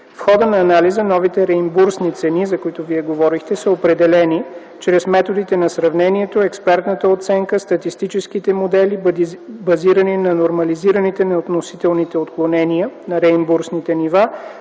В хода на анализа новите реимбурсни цени, за които Вие говорихте, са определени чрез методите на сравнението, експертната оценка, статистическите модели, базирани на нормализирането на относителните отклонения на реимбурсните нива